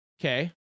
Okay